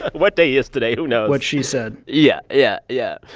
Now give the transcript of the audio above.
what day is today? who knows? what she said yeah, yeah, yeah.